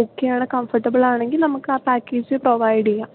ഒക്കെയാണ് കംഫർട്ടബിൾ ആണെങ്കിൽ നമുക്ക് ആ പാക്കേജ് പ്രൊവൈഡ് ചെയ്യാം